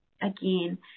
again